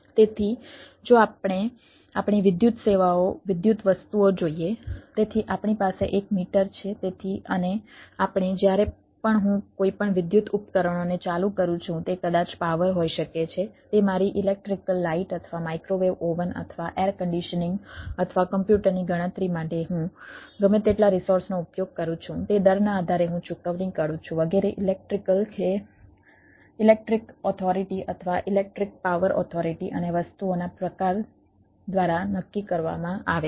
તેથી આપણી પાસે એક મીટર અથવા ઇલેક્ટ્રિક પાવર ઓથોરિટી અને વસ્તુઓના પ્રકાર દ્વારા નક્કી કરવામાં આવે છે